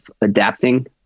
adapting